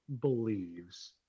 believes